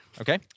Okay